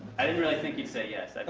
i didn't really think you'd say yes. like